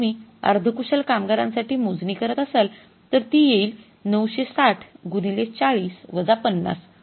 जर तुम्ही अर्धकुशल कामगारांसाठी मोजणी करत असाल तर ती येईल ९६० गुणिले ४० वजा ५०